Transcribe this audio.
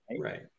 right